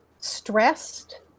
stressed